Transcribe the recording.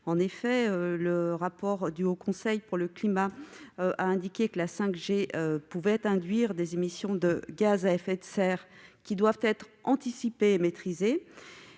de la 5G. Le rapport du Haut Conseil pour le climat a indiqué que la 5G pouvait induire des émissions de gaz à effet de serre, qui doivent être anticipées et maîtrisées.